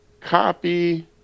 copy